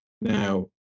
Now